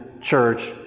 church